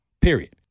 Period